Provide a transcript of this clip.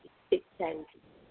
ठीकु थैंक्यू